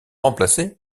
remplacés